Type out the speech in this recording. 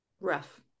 rough